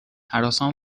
هراسان